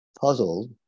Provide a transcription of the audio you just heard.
Puzzled